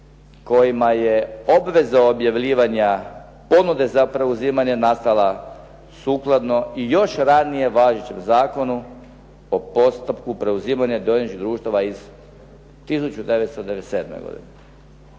kojima je obveza objavljivanja ponude za preuzimanje nastala sukladno i još ranije važećem zakonu o postupku preuzimanja dioničkih društava iz 1997. godine.